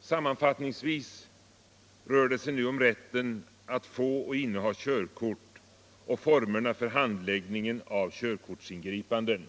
Sammanfattningsvis rör det sig nu om rätten att få och inneha körkort och formerna för handläggningen av körkortsingripanden.